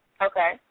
Okay